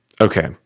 Okay